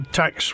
tax